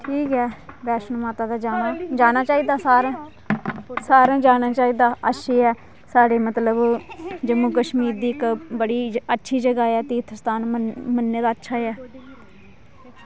ठीक ऐ बैष्णो माता दे जाना जाना चाहिदा सारें सारें जाना चाहिदा अच्छी ऐ साढ़ी मतलब जम्मू कश्मीर दी इक बड़ी अच्छी जगह् ऐ तीर्थ स्थान मन्ने दा अच्छा ऐ